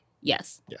Yes